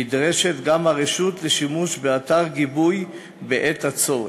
נדרשת גם הרשות לשימוש באתר גיבוי בעת הצורך.